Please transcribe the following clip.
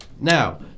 Now